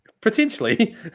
potentially